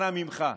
אנא ממך,